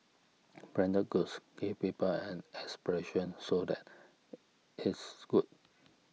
branded goods give people an aspiration so that is good